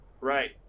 right